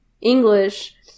English